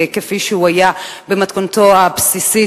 כפי שהוא היה במתכונתו הבסיסית,